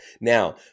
Now